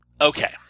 Okay